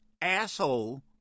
asshole